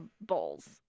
bowls